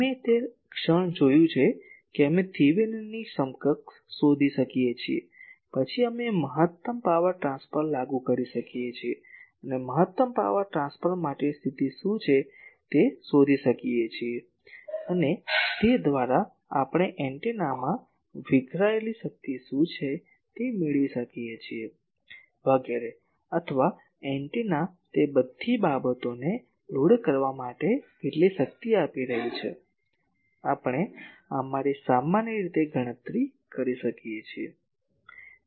અમે તે ક્ષણ જોયું છે કે અમે થેવેનિનની સમકક્ષ શોધી શકીએ છીએ પછી અમે મહત્તમ પાવર ટ્રાન્સફર લાગુ કરી શકીએ છીએ અને મહત્તમ પાવર ટ્રાન્સફર માટેની સ્થિતિ શું છે તે શોધી શકીએ છીએ અને તે દ્વારા આપણે એન્ટેનામાં વિખેરાયેલી શક્તિ શું છે તે મેળવી શકીએ છીએ વગેરે અથવા એન્ટેના તે બધી બાબતોને લોડ કરવા માટે કેટલી શક્તિ આપી રહી છે આપણે અમારી સામાન્ય રીતે ગણતરી કરી શકીએ છીએ